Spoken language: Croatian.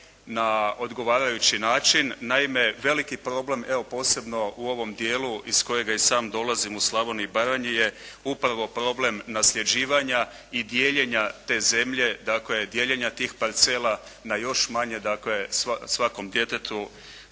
na odgovarajući način. Naime, veliki problem evo posebno u ovom dijelu iz kojega i sam dolazim u Slavoniji i Baranji je upravo problem nasljeđivanja i dijeljenja te zemlje. Dakle, dijeljenja tih parcela na još manje. Dakle, svakom djetetu